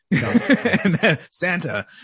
santa